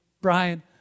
Brian